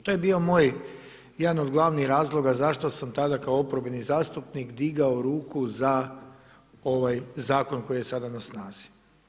To je bio moj jedna od glavnih razloga zašto sam tada kao oporbeni zastupnik digao ruku za ovaj zakon koji je sada na snazi.